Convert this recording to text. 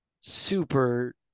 super